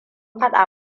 faɗa